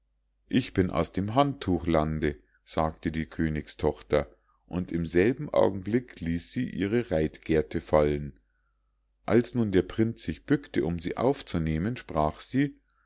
ich bin aus dem handtuchlande sagte die königstochter und im selben augenblick ließ sie ihre reitgerte fallen als nun der prinz sich bückte um sie aufzunehmen sprach sie